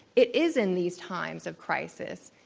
it is in these times of crisis,